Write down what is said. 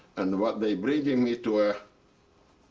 and what they bringing me to ah